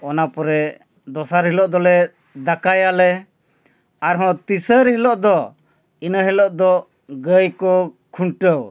ᱚᱱᱟ ᱯᱚᱨᱮ ᱫᱚᱥᱟᱨ ᱦᱤᱞᱳᱜ ᱫᱚᱞᱮ ᱫᱟᱠᱟᱭᱟᱞᱮ ᱟᱨᱦᱚᱸ ᱛᱮᱥᱟᱨ ᱦᱤᱞᱳᱜ ᱫᱚ ᱤᱱᱟᱹ ᱦᱤᱞᱳᱜ ᱫᱚ ᱜᱟᱹᱭ ᱠᱚ ᱠᱷᱩᱱᱴᱟᱹᱣ